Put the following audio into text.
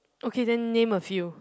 okay then name a few